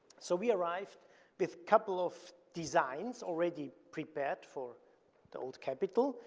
so we arrived with couple of designs already prepared for the old capitol.